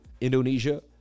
Indonesia